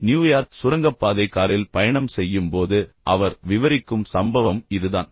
New York சுரங்கப்பாதை காரில் பயணம் செய்யும்போது அவர் விவரிக்கும் சம்பவம் இதுதான்